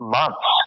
months